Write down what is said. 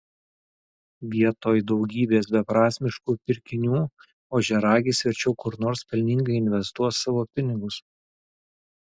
vietoj daugybės beprasmiškų pirkinių ožiaragis verčiau kur nors pelningai investuos savo pinigus